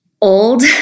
old